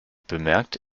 bemerkt